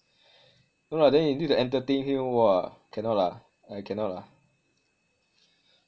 no lah then you need to entertain him !wah! cannot lah I cannot lah